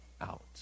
out